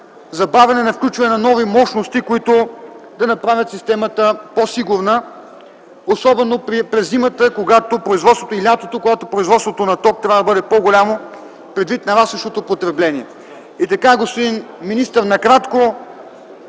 забавяне на включване на нови мощности, които да направят системата по-сигурна, особено през зимата и лятото, когато производството на ток трябва да бъде по-голямо, предвид нарастващото потребление. Господин министър, накратко: